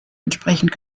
entsprechend